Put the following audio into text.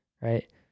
Right